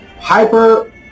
hyper